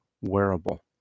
wearable